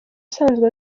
usanzwe